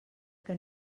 que